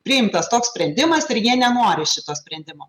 priimtas toks sprendimas ir jie nenori šito sprendimo